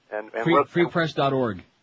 Freepress.org